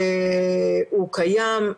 הוא קיים.